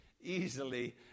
easily